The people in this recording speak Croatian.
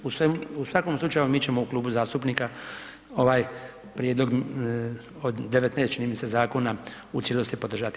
U svakom slučaju mi ćemo u klubu zastupnika ovaj prijedlog od 19 čini mi se zakona u cijelosti podržati.